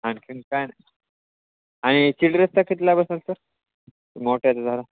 आणखी काय नाही आणि चिल्ड्रन्सचा कितीला बसंल सर मोठ्याचा झाला